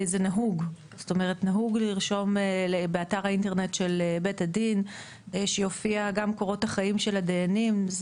נהוג לרשום באתר האינטרנט של בית הדין גם קורות החיים של הדיינים.